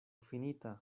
finita